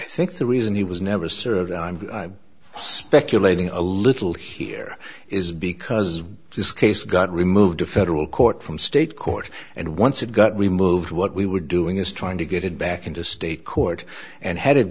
i think the reason he was never served i'm speculating a little here is because this case got removed to federal court from state court and once it got removed what we were doing is trying to get it back into state court and head